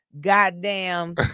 goddamn